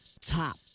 top